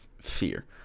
fear